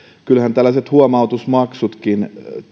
kyllähän tällaiset huomautusmaksutkin